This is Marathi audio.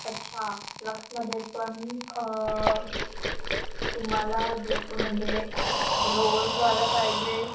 अच्छा लक्समध्ये पण तुम्हाला जे म्हणजे रोजवाला पाहिजे